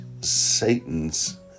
Satan's